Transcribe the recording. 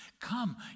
come